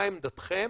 מה עמדתכם?